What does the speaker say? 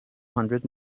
hundred